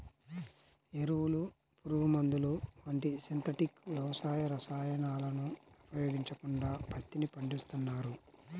ఎరువులు, పురుగుమందులు వంటి సింథటిక్ వ్యవసాయ రసాయనాలను ఉపయోగించకుండా పత్తిని పండిస్తున్నారు